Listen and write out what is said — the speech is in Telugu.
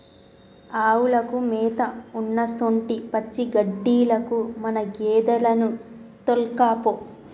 ఆవులకు మేత ఉన్నసొంటి పచ్చిగడ్డిలకు మన గేదెలను తోల్కపో